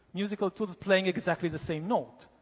musical tools playing exactly the same note.